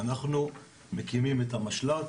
אנחנו מקימים את המשל"ט,